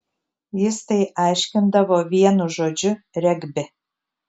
jis tai aiškindavo vienu žodžiu regbi